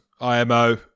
IMO